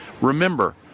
Remember